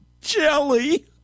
jelly